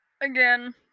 Again